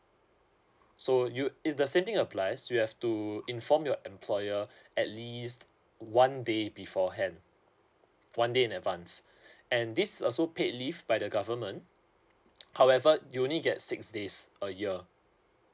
so you is the same thing applies you have to inform your employer at least one day beforehand one day in advanced and this also paid leave by the government however you only get six days a year